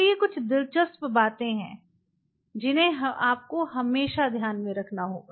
तो ये कुछ दिलचस्प बातें हैं जिन्हें आपको हमेशा ध्यान में रखना होगा